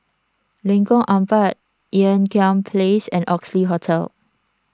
Lengkong Empat Ean Kiam Place and Oxley Hotel